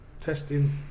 Testing